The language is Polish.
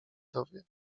dowie